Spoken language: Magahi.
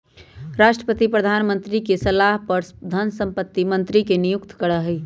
राष्ट्रपति प्रधानमंत्री के सलाह पर धन संपत्ति मंत्री के नियुक्त करा हई